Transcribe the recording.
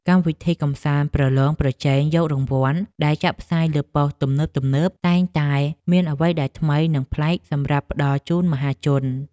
កម្មវិធីកម្សាន្តប្រឡងប្រជែងយករង្វាន់ដែលចាក់ផ្សាយលើប៉ុស្តិ៍ទំនើបៗតែងតែមានអ្វីដែលថ្មី និងប្លែកសម្រាប់ផ្តល់ជូនមហាជន។